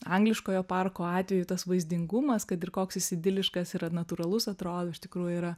angliškojo parko atveju tas vaizdingumas kad ir koks jis idiliškas yra natūralus atrodo iš tikrųjų yra